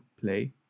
Play